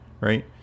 right